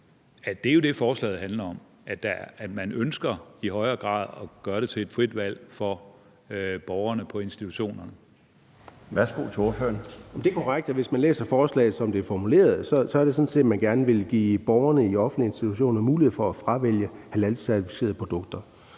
det jo er det, forslaget handler om: at man ønsker i højere grad at gøre det til et frit valg for borgerne på institutionerne? Kl. 16:38 Den fg. formand (Bjarne Laustsen): Værsgo til ordføreren. Kl. 16:38 Søren Egge Rasmussen (EL): Det er korrekt, at hvis man læser forslaget, som det er formuleret, så er det sådan, at man gerne vil give borgerne i offentlige institutioner mulighed for at fravælge halalcertificerede produkter.